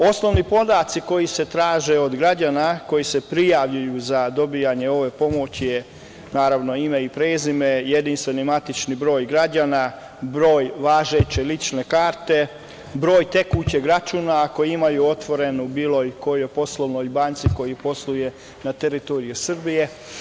Osnovni podaci koji se traže od građana, koji se prijavljuju za dobijanje ove pomoći je naravno ime i prezime, jedinstveni matični broj građana, broj važeće lične karte, broj tekućeg računa ako imaju otvoren u bilo kojoj poslovnoj banci koja posluje na teritoriji Srbije.